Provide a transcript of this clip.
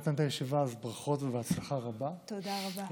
הישיבה, אז ברכות והצלחה רבה, תודה רבה.